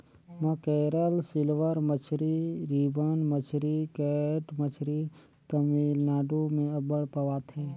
mackerel, silver मछरी, ribbon मछरी, cat मछरी तमिलनाडु में अब्बड़ पवाथे